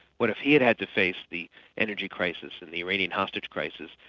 what if he had had to face the energy crisis and the iranian hostage crisis,